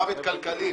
מוות כלכלי.